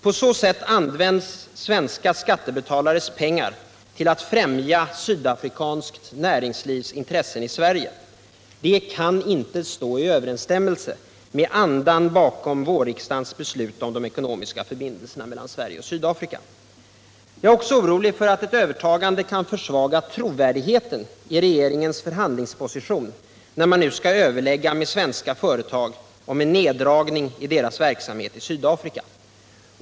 På så sätt används svenska skattebetalares pengar till att främja sydafrikanskt näringslivs intressen i Sverige. Det kan inte stå i överensstämmelse med andan bakom vårriksdagens beslut om de ekonomiska förbindelserna mellan Sverige och Sydafrika. Jag är också orolig för att ett övertagande kan försvaga trovärdigheten i regeringens förhandlingsposition när man nu skall överlägga med svenska företag om en neddragning av deras verksamhet i Sydafrika.